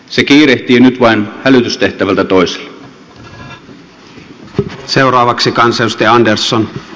se kiirehtii nyt vain hälytystehtävältä toiselle